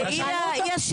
כאן זה אי השדים.